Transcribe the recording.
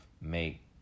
make